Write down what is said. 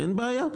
אין בעיה.